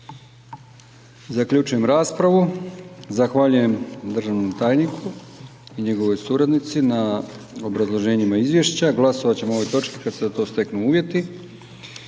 Zaključujem raspravu. Zahvaljujem državnom tajniku i njegovoj suradnici na obrazloženjima izvješća. Glasovat ćemo o ovoj točki kada se za to steknu uvjeti.